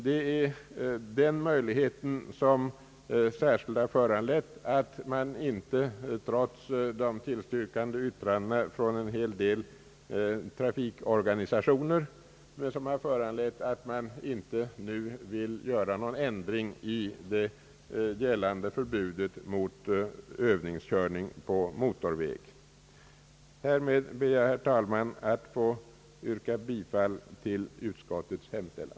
Det är den möjligheten som särskilt har föranlett att utskottet, irots de tillstyrkande yttrandena från en hel del trafikorganisationer, inte vill göra någon ändring i det gällande förbudet mot övningskörning på motorväg. Härmed ber jag, herr talman, att få yrka bifall till utskottets hemställan.